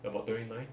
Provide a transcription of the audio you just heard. about twenty nine